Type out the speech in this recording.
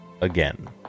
again